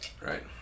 Right